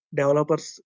developers